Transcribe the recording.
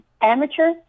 amateur